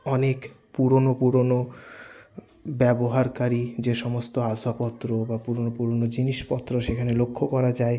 অনেক পুরনো পুরনো ব্যবহারকারী যে সমস্ত আসবাবপত্র বা পুরনো পুরনো জিনিসপত্র সেখানে লক্ষ্য করা যায়